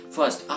First